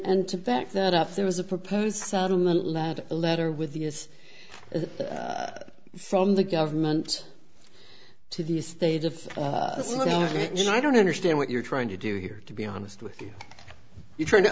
and to back that up there was a proposed settlement lad a letter with the us from the government to the stage of you know i don't understand what you're trying to do here to be honest with you